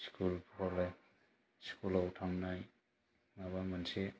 school college स्कुलाव थांनाय माबा मोनसे